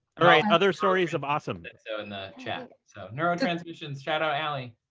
right. other stories of awesomeness? so in the chat. so neuro transmissions, shout out ali.